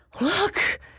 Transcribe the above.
Look